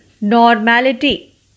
Normality